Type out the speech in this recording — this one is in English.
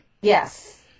yes